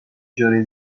اجاره